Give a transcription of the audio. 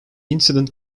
incident